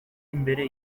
imbere